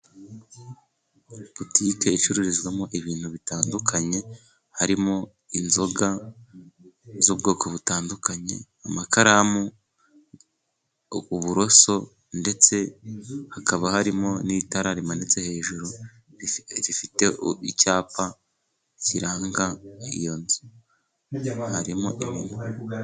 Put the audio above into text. Butike icururizwamo ibintu bitandukanye harimo inzoga z'ubwoko butandukanye, amakaramu, uburoso, ndetse hakaba harimo n'itara rimanitse hejuru rifite icyapa kiranga iyo nzu harimo ibintu.